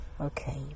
Okay